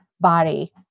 body